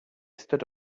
stood